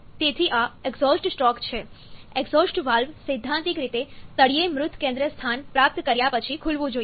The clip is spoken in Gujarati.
તેથી આ એક્ઝોસ્ટ સ્ટ્રોક છે એક્ઝોસ્ટ વાલ્વ સૈદ્ધાન્તિક રીતે તળિયે મૃત કેન્દ્ર સ્થાન પ્રાપ્ત કર્યા પછી ખુલવું જોઈએ